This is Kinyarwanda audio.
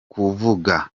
kuvuga